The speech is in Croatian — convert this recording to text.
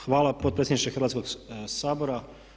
Hvala potpredsjedniče Hrvatskoga sabora.